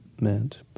meant